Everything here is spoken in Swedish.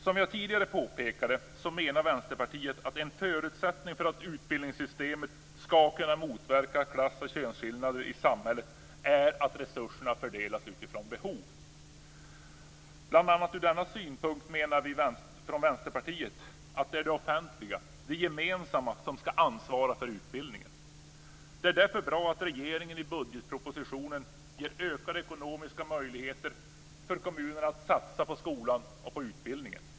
Som jag tidigare påpekade menar Vänsterpartiet att en förutsättning för att utbildningssystemet skall kunna motverka klass och könsskillnader i samhället är att resurserna fördelas utifrån behov. Bl.a. ur denna synpunkt menar vi från Vänsterpartiet att det är det offentliga - det gemensamma - som skall ansvara för utbildningen. Det är därför bra att regeringen i budgetpropositionen ger ökade ekonomiska möjligheter för kommunerna att satsa på skolan och på utbildningen.